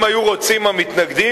אם היו רוצים המתנגדים,